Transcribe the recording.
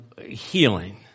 healing